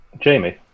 Jamie